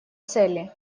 цели